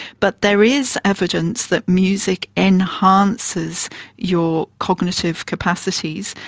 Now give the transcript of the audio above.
but there is evidence that music enhances your cognitive capacities,